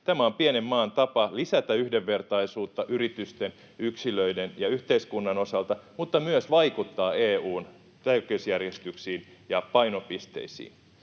Tämä on pienen maan tapa lisätä yhdenvertaisuutta yritysten, yksilöiden ja yhteiskunnan osalta mutta myös vaikuttaa EU:n tärkeysjärjestyksiin ja painopisteisiin.